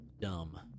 dumb